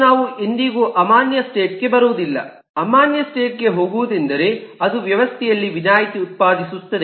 ಮತ್ತು ನಾವು ಎಂದಿಗೂ ಅಮಾನ್ಯ ಸ್ಟೇಟ್ ಗೆ ಬರುವುದಿಲ್ಲ ಅಮಾನ್ಯ ಸ್ಟೇಟ್ ಗೆ ಹೋಗುವುದೆಂದರೆ ಅದು ವ್ಯವಸ್ಥೆಯಲ್ಲಿ ವಿನಾಯಿತಿ ಉತ್ಪಾದಿಸುತ್ತದೆ